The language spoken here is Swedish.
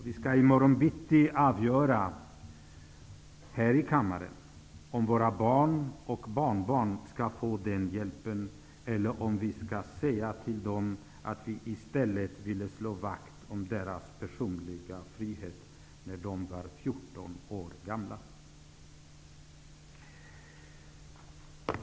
Vi skall i morgon bitti här i kammaren avgöra om våra barn och barnbarn skall få den hjälpen eller om vi skall säga till dem att vi i stället ville slå vakt om deras personliga frihet när de var 14 år gamla.